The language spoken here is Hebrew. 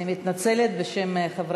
אני מתנצלת בשם חברי הכנסת.